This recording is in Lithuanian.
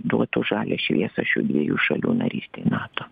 duotų žalią šviesą šių dviejų šalių narystei nato